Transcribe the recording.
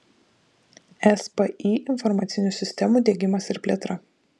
spį informacinių sistemų diegimas ir plėtra